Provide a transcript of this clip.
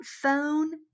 phone